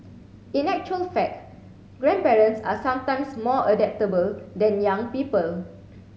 in actual fact grandparents are sometimes more adaptable than young people